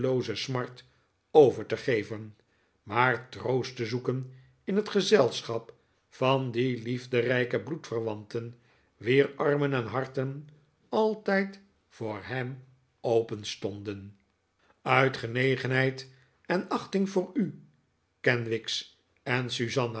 smart over te geven maar troost te zoeken in het gezelschap van die liefderijke bloedverwanten wier armeh en harten altijd voor hem openstonden uit genegenheid en achting voor u kenwigs en susanna